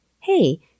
Hey